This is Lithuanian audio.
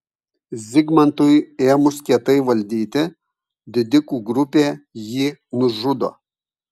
zigmantui ėmus kietai valdyti didikų grupė jį nužudo